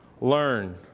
learn